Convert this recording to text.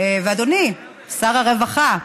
ואדוני שר הרווחה,